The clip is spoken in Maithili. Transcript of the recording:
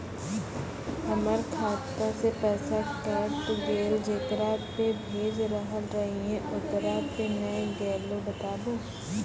हमर खाता से पैसा कैट गेल जेकरा पे भेज रहल रहियै ओकरा पे नैय गेलै बताबू?